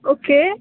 okay